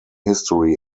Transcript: history